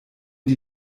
die